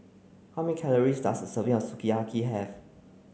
how many calories does a serving of Sukiyaki have